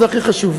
זה הכי חשוב.